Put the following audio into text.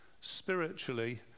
spiritually